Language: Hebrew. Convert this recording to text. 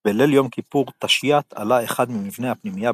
בליל יום כיפור תשי"ט עלה אחד ממבני הפנימייה באש.